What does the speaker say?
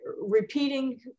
repeating